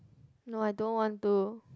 no I don't want to